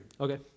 okay